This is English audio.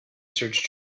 search